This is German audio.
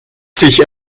sich